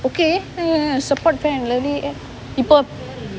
okay a~ support Fair & Lovely இப்போ:ippo